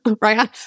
right